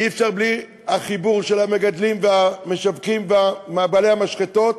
אי-אפשר בלי החיבור של המגדלים והמשווקים ובעלי המשחטות.